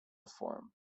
form